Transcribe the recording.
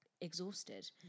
exhausted